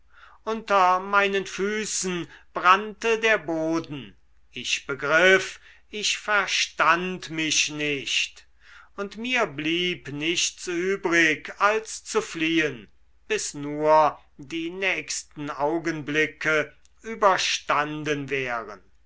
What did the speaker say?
unter meinen füßen brannte der boden ich begriff ich verstand mich nicht und mir blieb nichts übrig als zu fliehen bis nur die nächsten augenblicke überstanden wären